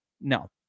no